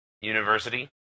university